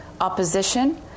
opposition